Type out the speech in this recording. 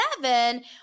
seven